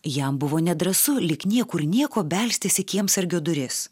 jam buvo nedrąsu lyg niekur nieko belstis į kiemsargio duris